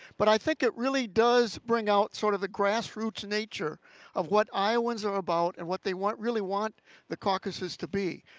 but i think it really does bring out sort of the grassroots nature of what iowans are about and what they really want the caucuses to be.